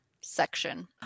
section